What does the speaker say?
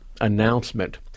announcement